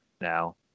now